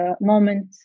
moment